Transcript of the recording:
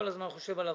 הזמן חושב על הרחוב.